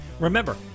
Remember